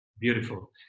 Beautiful